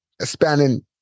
spanning